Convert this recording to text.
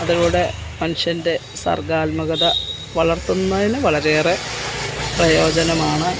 അതിലൂടെ മനുഷ്യൻ്റെ സർഗ്ഗാത്മകത വളർത്തുന്നതിന് വളരെ ഏറെ പ്രയോജനമാണ്